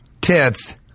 Tits